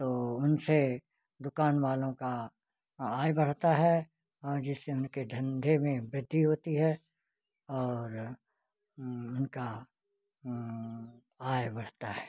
तो उनसे दुकानवालों का आय बढ़ता है और जिससे उनके धंधे में वृद्धि होती है और उनका आय बढ़ता है